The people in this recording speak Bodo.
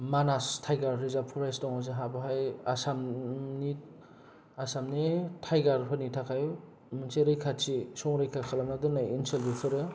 मानास टाइगार रिजाब परेस्ट दङ जोहा बेवहाय आसामनि आसामनि टाइगारफोरनि थाखाय मोनसे रैखाथि सं रैखा खालामना दोननाय ओनसोल बेफोरो